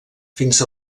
fins